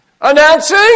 announcing